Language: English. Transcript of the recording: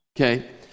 Okay